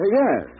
yes